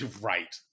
Right